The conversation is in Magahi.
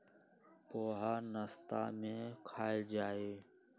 पोहा नाश्ता में खायल जाहई